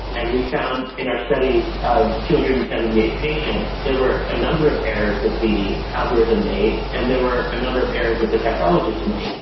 and we found in our study of two hundred and seventy eight patients there were a number of errors that the algorithm made and there were a number of errors that the pathologist made.